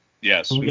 Yes